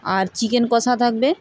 আর chicken কষা থাকবে